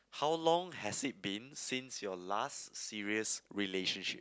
how long has it been since your last serious relationship